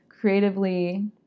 creatively